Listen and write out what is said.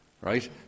right